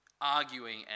arguing